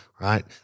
right